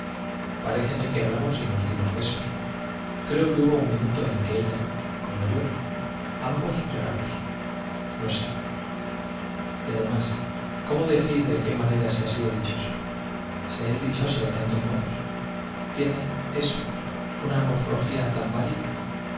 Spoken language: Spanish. paréceme que hablamos y nos ambos que hubo un minuto en que ella como yo lloramos no sé ha sido y además cómo decir de se qué manera dichoso dichoso de tantos modos i se es tan varia